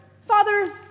Father